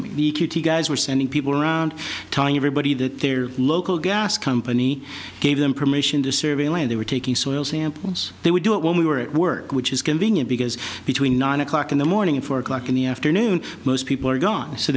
the guys were sending people around telling everybody that their local gas company gave them permission to survey land they were taking soil samples they would do it when we were at work which is convenient because between nine o'clock in the morning and four o'clock in the afternoon most people are gone so